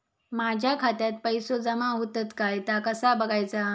माझ्या खात्यात पैसो जमा होतत काय ता कसा बगायचा?